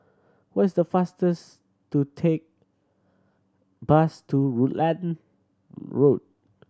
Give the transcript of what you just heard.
what is faster to take bus to Rutland Road